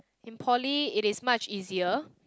in poly it is much easier